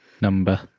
Number